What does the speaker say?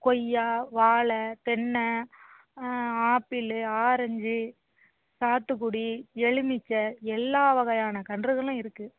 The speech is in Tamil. கொய்யா வாழை தென்னை ஆப்பிள் ஆரஞ்சு சாத்துக்குடி எலுமிச்சை எல்லா வகையான கன்றுகளும் இருக்குது